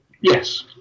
Yes